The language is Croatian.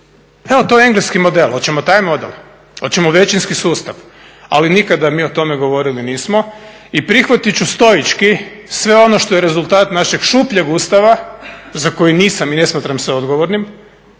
Evo to je engleski model. Hoćemo taj model? Hoćemo većinski sustav? Ali nikada mi o tome govorili nismo. I prihvatit ću stoički sve ono što je rezultat našeg šupljeg Ustava za koji nisam i ne smatram se odgovornim